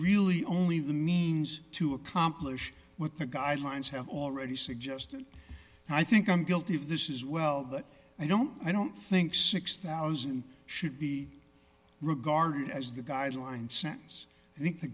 really only the means to accomplish what the guidelines have already suggested and i think i'm guilty of this is well but i don't i don't think six thousand should be regarded as the guidelines sentence i think the